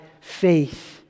faith